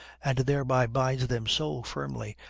and thereby binds them so firmly,